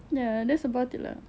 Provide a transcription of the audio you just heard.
ya that's about it lah